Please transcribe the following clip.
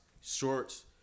shorts